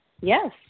Yes